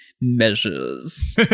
measures